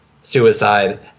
suicide